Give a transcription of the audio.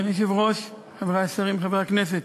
אדוני היושב-ראש, חברי השרים, חברי הכנסת,